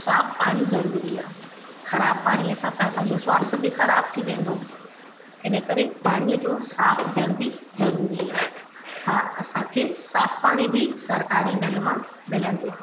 साफ़ पाणी ज़रूरी आहे ख़राब पाणीअ सां त असांजो स्वास्थ्य बि खराब थी वेंदो इन करे पाणीअ जो साफ़ हुजण बि ज़रूरी आहे हा असांखे साफ़ पाणी बि सरकारी नल मां मिलंदो आ्हे